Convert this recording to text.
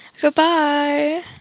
Goodbye